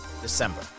December